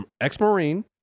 ex-Marine